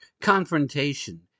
confrontation